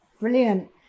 Brilliant